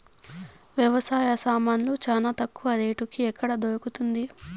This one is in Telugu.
వ్యవసాయ సామాన్లు చానా తక్కువ రేటుకి ఎక్కడ దొరుకుతుంది?